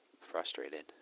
frustrated